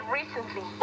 recently